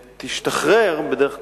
ותשתחרר בדרך כלשהי,